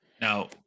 Now